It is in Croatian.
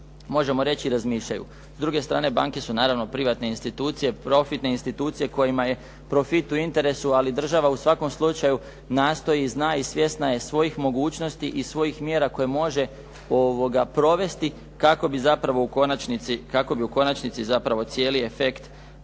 možemo reći razmišljaju. S druge strane, banke su naravno privatne institucije, profitne institucije kojima je profit u interesu ali država u svakom slučaju nastoji, zna i svjesna je svojih mogućnosti i svojih mjera koje može provesti kako bi zapravo u konačnici cijeli efekt,